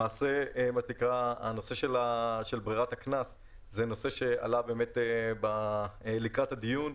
למעשה הנושא של ברירת הקנס זה נושא שעלה לקראת הדיון.